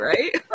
Right